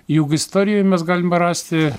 juk istorijoj mes galim rasti